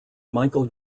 michael